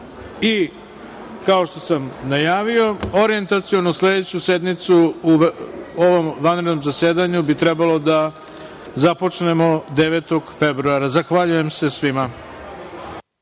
što sam najavio, orijentaciono sledeću sednicu u vanrednom zasedanju bi trebalo da započnemo 09. februara. Zahvaljujem se svima.